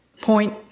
Point